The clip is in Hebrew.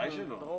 ודאי שלא.